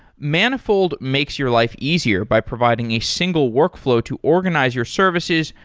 manifold makes your life easier by providing a single workflow to organize your services,